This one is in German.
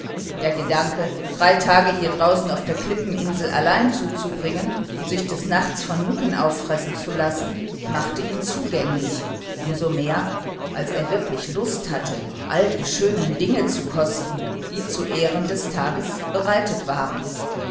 der gedanke drei tage hier draußen auf der klippeninsel allein zuzubringen und sich des nachts von mücken auffressen zu lassen machte ihn zugänglich um so mehr als er wirklich lust hatte all die schönen dinge zu kosten die zu ehren des tages bereitet waren